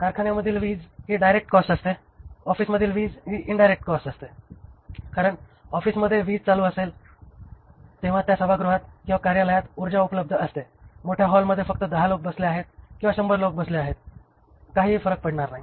कारखान्यामधील वीज ही direct cost असते ऑफिसमधील वीज ही एक इन्डायरेक्ट कॉस्ट असते कारण ऑफिसमध्ये वीज चालू असेल तेव्हा त्या सभागृहात किंवा कार्यालयात ऊर्जा उपलब्ध असते मोठ्या हॉल मध्ये फक्त 10 लोक बसले आहेत किंवा 100 लोक बसले आहेत काही फरक पडणार नाही